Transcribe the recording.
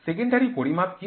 secondary পরিমাপ কি